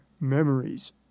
memories